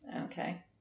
Okay